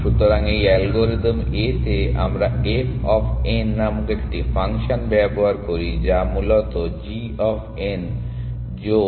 সুতরাং এই algorithm A তে আমরা f অফ n নামক একটি ফাংশন ব্যবহার করি যা মূলত g অফ n যোগ h অফ n